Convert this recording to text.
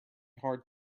hard